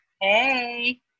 hey